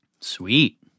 Sweet